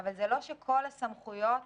זה לא שכל הסמכויות